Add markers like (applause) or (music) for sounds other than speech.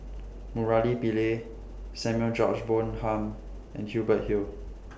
Murali Pillai Samuel George Bonham and Hubert Hill (noise)